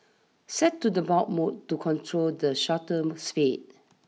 set to the bulb mode to control the shutter spade